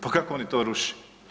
Pa kako oni to ruše?